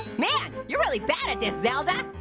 man, you're really bad at this, zelda.